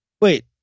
Wait